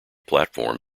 platform